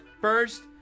first